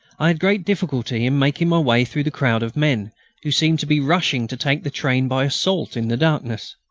i had great difficulty in making my way through the crowd of men who seemed to be rushing to take the train by assault in the darkness.